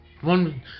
one